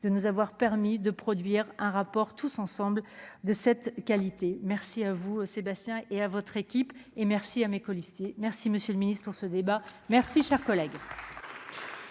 de nous avoir permis de produire un rapport tous ensemble de cette qualité, merci à vous, Sébastien et à votre équipe et merci à mes colistiers merci Monsieur le Ministre, pour ce débat, merci, cher collègue.